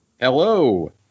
Hello